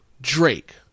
Drake